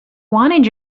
wanted